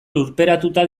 lurperatuta